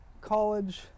college